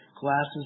glasses